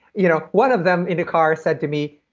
you know one of them in the car said to me,